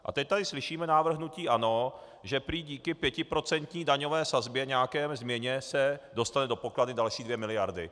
A teď tady slyšíme návrh hnutí ANO, že prý díky pětiprocentní daňové sazbě, nějaké změně, se dostanou do pokladny další 2 mld.